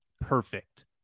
perfect